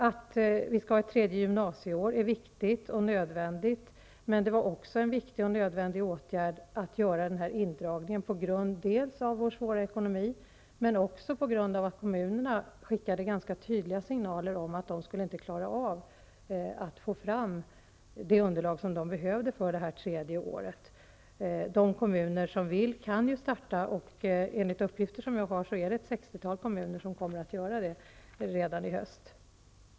Att vi skall ha ett tredje gymnasieår är viktigt och nödvändigt, men det var också en viktig och nödvändig åtgärd att göra indragningen, dels på grund av vårt svåra ekonomiska läge, dels på grund av att kommunerna skickade tydliga signaler att de inte skulle klara av att få fram det underlag de behövde för det tredje året. De kommuner som vill kan starta. Enligt uppgifter som jag har är det ett sextiotal kommuner som kommer att göra det redan i höst.